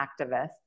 activists